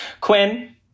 Quinn